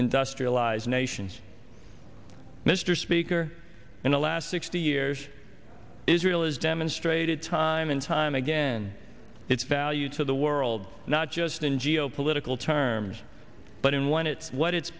industrialized nations mr speaker in the last sixty years israel has demonstrated time and time again its value to the world not just in geopolitical terms but in one it's what it